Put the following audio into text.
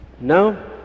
No